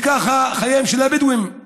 שכאלה חייהם של הבדואים.